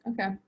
Okay